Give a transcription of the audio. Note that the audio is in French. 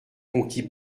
conquis